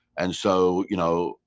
and so you know,